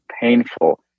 painful